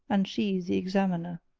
and she the examiner.